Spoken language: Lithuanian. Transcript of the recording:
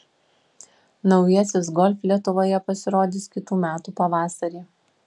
naujasis golf lietuvoje pasirodys kitų metų pavasarį